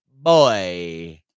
boy